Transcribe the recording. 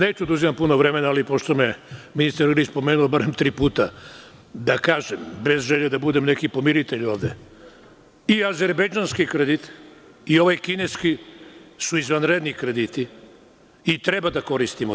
Neću da oduzimam puno vremena, ali pošto me je ministar Ilić pomenuo bar tri puta moram da kažem, bez želje da budem neki pomiritelj ovde, i azerbejdžanske kredite i ovaj kineski su izvanredni krediti i treba da koristimo to.